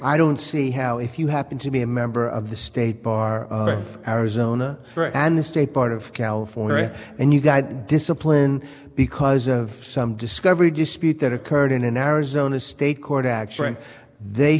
i don't see how if you happen to be a member of the state bar of arizona for and the state part of california and you got discipline because of some discovery dispute that occurred in an arizona state court action